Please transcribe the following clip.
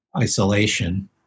isolation